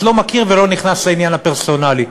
לא מכיר ולא נכנס לעניין הפרסונלי.